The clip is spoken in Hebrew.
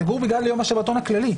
סגור בגלל יום השבתון הכללי.